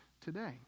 today